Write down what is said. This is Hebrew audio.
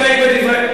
לדון.